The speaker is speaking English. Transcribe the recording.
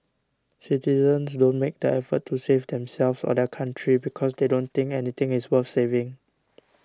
citizens don't make the effort to save themselves or their country because they don't think anything is worth saving